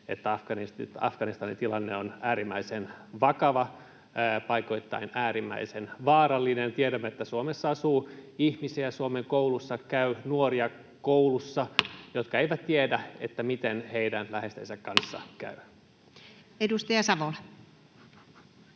että Afganistanin tilanne on äärimmäisen vakava, paikoittain äärimmäisen vaarallinen. Tiedämme, että Suomessa asuu ihmisiä ja Suomen kouluissa käy nuoria, jotka eivät tiedä, miten heidän läheistensä kanssa käy. [Speech